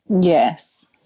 yes